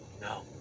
No